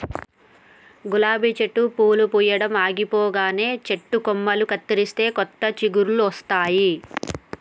గులాబీ చెట్టు పూలు పూయడం ఆగిపోగానే చెట్టు కొమ్మలు కత్తిరిస్తే కొత్త చిగురులొస్తాయి